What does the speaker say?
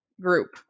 group